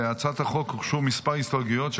להצעת החוק הוגשו כמה הסתייגויות של